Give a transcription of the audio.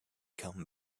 come